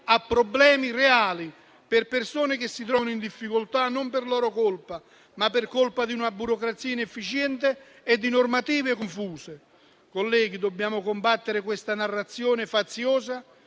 a problemi reali per persone che si trovano in difficoltà, per colpa non loro ma di una burocrazia inefficiente e di normative confuse. Colleghi, dobbiamo combattere questa narrazione faziosa